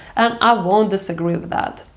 and i won't disagree with that.